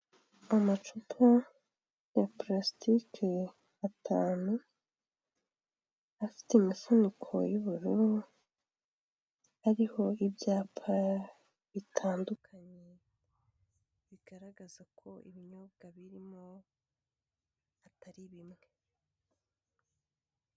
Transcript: Amacupa ya purasitiki atanu afite imifuniko y'ubururu, ariho ibyapa bitandukanye bigaragaza ko ibinyobwa birimo atari bimwe.